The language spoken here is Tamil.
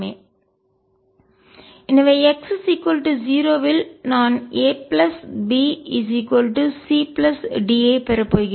எனவே x 0 இல் நான் A B C D ஐப் பெறப்போகிறேன்